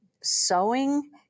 sewing